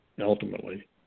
Ultimately